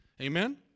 Amen